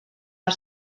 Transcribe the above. per